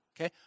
okay